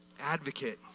advocate